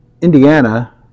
Indiana